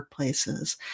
workplaces